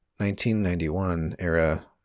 1991-era